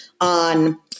on